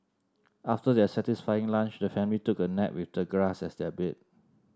after their satisfying lunch the family took a nap with the grass as their bed